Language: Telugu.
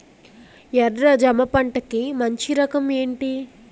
ఎర్ర జమ పంట కి మంచి రకం ఏంటి?